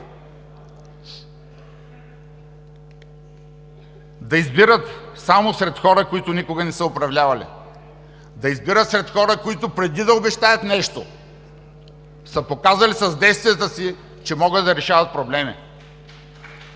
Да избират само сред хора, които никога не са управлявали; да избират сред хора, които, преди да обещаят нещо, са показали с действията си, че могат да решават проблеми!